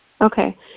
Okay